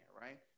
right